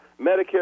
Medicare